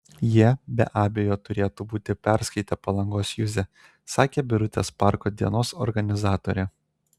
jie be abejo turėtų būti perskaitę palangos juzę sakė birutės parko dienos organizatorė